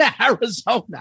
Arizona